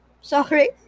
Sorry